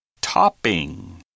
Topping